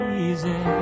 easy